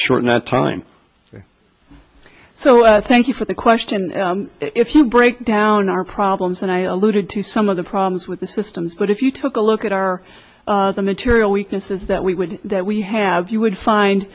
shorten our time so thank you for the question if you break down our problems and i alluded to some of the problems with the systems but if you took a look at our the material weaknesses that we would that we have you would find